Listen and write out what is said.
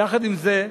יחד עם זה,